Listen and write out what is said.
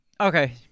Okay